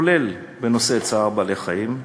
כולל בנושא צער בעלי-חיים,